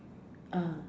ah